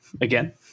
again